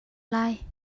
lai